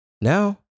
Now